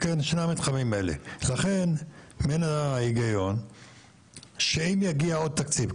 לכן מן ההיגיון שאם יגיע עוד תקציב,